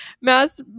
mass